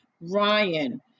Ryan